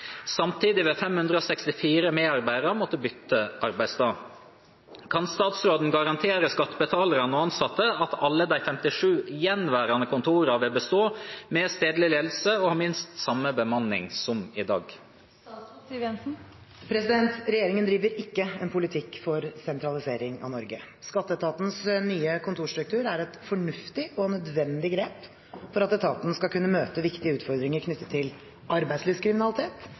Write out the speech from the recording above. Samtidig vil 564 medarbeidere måtte bytte arbeidssted. Kan statsråden garantere skattebetalere og ansatte at alle de 57 gjenværende kontorene vil bestå med stedlig ledelse og ha minst samme bemanning som i dag?» Regjeringen driver ikke en politikk for sentralisering av Norge. Skatteetatens nye kontorstruktur er et fornuftig og nødvendig grep for at etaten skal kunne møte viktige utfordringer knyttet til arbeidslivskriminalitet,